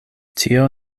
tio